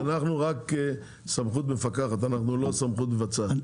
אנחנו רק סמכות מפקחת, אנחנו לא סמכות מבצעת.